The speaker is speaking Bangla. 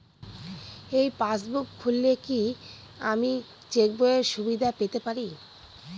এই পাসবুক খুললে কি আমি চেকবইয়ের সুবিধা পেতে পারি?